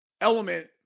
element